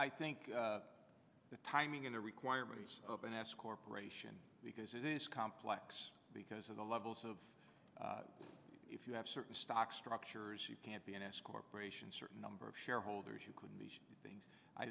i think the timing is a requirement of an ass corporation because it is complex because of the levels of if you have certain stock structures you can't be an escort gratian certain number of shareholders you couldn't these things i